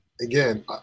Again